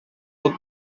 pod